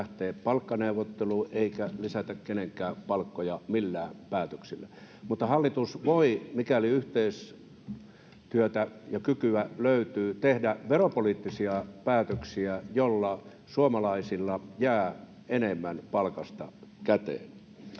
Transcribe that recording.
palkkaneuvotteluihin eikä lisätä kenenkään palkkoja millään päätöksillä, mutta hallitus voi, mikäli yhteistyötä ja ‑kykyä löytyy, tehdä veropoliittisia päätöksiä, joilla suomalaisille jää enemmän palkasta käteen.